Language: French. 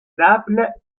naples